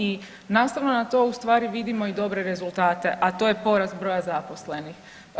I nastavno na to ustvari vidimo i dobre rezultate, a to je porast broja zaposlenih.